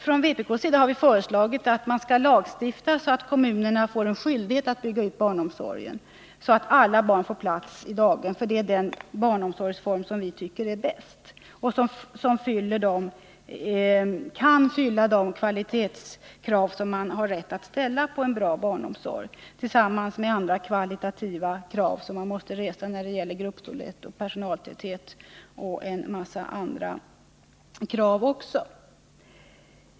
Från vpk:s sida har vi föreslagit att man skall lagstifta så att kommunerna får en skyldighet att bygga barnomsorgen på ett sådant sätt att alla barn får platsi daghem, för det är den barnomsorgsform som vi tycker är bäst och som kan uppfylla de kvalitetskrav som man har rätt att ställa på en bra barnomsorg, tillsammans med kvalitativa krav som måste resas när det gäller gruppstorlek, personaltäthet och en mängd annat.